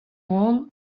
oan